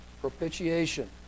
propitiation